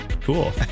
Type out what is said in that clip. cool